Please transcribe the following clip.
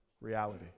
reality